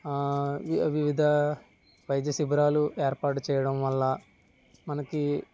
వివిధ వైద్య శిబిరాలు ఏర్పాటు చేయడం వల్ల మనకి